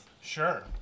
Sure